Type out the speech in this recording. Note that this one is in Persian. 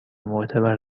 معتبر